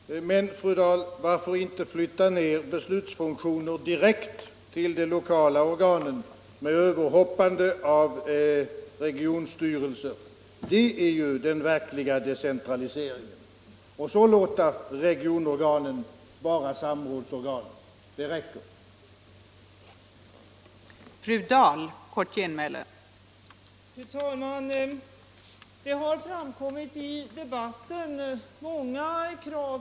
Fru talman! Men, fru Dahl, varför inte flytta ned beslutsfunktionen direkt till de lokala organen med överhoppande av regionstyrelsen — det är ju den verkliga decentraliseringen — och låta de regionala organen vara samrådsorgan.